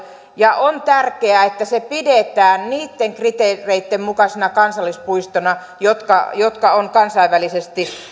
ja on tärkeää että se pidetään niitten kriteereitten mukaisena kansallispuistona jotka jotka on kansainvälisesti